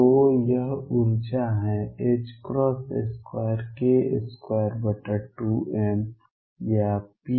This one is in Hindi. तो यह ऊर्जा है 2k22m या p22m